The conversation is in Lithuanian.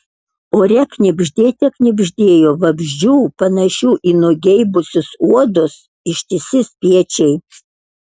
ore knibždėte knibždėjo vabzdžių panašių į nugeibusius uodus ištisi spiečiai